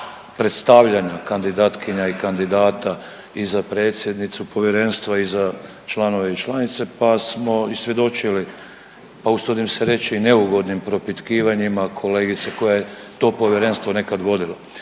predstavljanja kandidatkinja i kandidata i za predsjednicu Povjerenstva i za članove i članice, pa smo i svjedočili, pa usudim se reći i neugodnim propitkivanjima kolegice koja je je to povjerenstvo nekad vodila.